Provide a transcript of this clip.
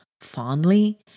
fondly